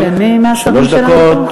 מי מהשרים שלנו פה?